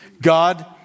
God